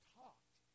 talked